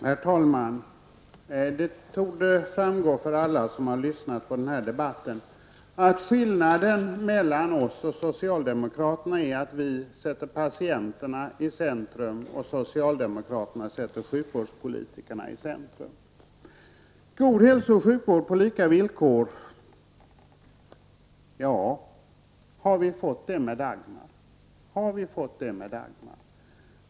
Herr talman! Det torde framgå för alla som har lyssnat på denna debatt att skillnaden mellan oss och socialdemokraterna är att vi sätter patienterna i centrum, medan socialdemokraterna sätter sjukvårdspolitikerna i centrum. God hälso och sjukvård på lika villkor -- har vi fått detta med Dagmaröverenskommelsen?